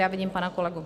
A vidím pana kolegu.